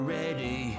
ready